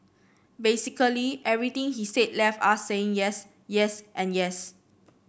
basically everything he said left us saying yes yes and yes